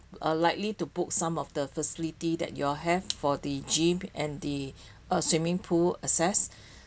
err likely to book some of the facility that you all have for the gym and the err swimming pool access